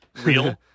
real